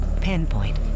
Pinpoint